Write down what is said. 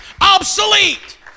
obsolete